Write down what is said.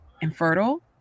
infertile